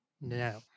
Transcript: No